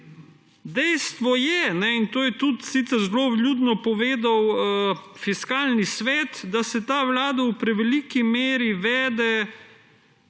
Dejstvo je, in to je sicer zelo vljudno povedal tudi Fiskalni svet, da se ta vlada v preveliki meri vede,